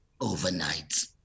overnight